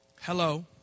Hello